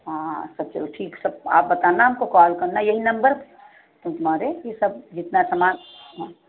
हाँ सब चलो ठीक सब आप बताना हमको कॉल करना यही नंबर हमारे जितना समान हाँ